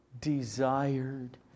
Desired